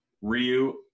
Ryu